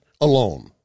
alone